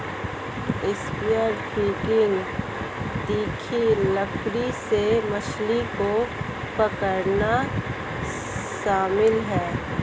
spear fishing तीखी लकड़ी से मछली को पकड़ना शामिल है